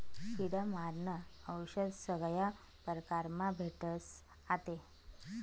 किडा मारानं औशद सगया परकारमा भेटस आते